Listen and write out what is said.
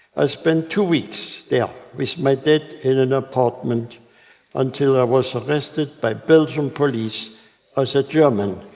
i spent two weeks there with my dad in an apartment until i was arrested by belgium police as a german,